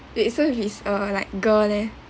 wait so if he's uh like girl leh